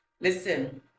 Listen